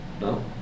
No